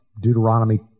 Deuteronomy